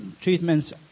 treatments